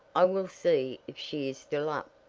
i will see if she is still up.